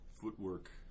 footwork